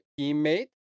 teammate